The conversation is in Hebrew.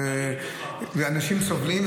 אנשים סובלים,